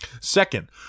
Second